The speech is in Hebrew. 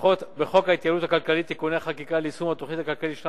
בחוק ההתייעלות הכלכלית (תיקוני חקיקה ליישום התוכנית הכלכלית לשנים